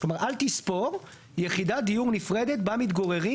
כלומר אל תספור יחידת דיור נפרדת בה מתגוררים